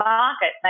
market